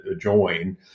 join